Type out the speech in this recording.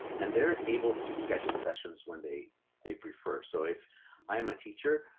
and they're able to schedule sessions when they they prefer. so if i am a teacher,